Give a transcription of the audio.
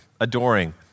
adoring